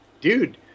dude